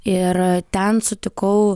ir ten sutikau